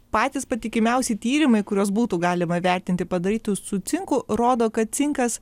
patys patikimiausi tyrimai kuriuos būtų galima vertinti padarytus su cinku rodo kad cinkas